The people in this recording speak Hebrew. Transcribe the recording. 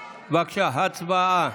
בבקשה, הצבעה.